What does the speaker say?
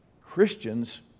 Christians